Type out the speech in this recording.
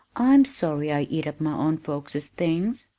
i'm sorry i eat up my own folks's things.